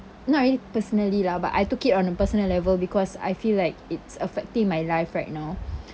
not really personally lah but I took it on a personal level because I feel like it's affecting my life right now